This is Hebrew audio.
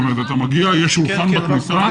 אתה מגיע, יש שולחן בכניסה